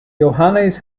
johannes